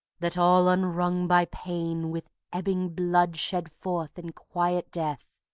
that all unwrung by pain, with ebbing blood shed forth in quiet death,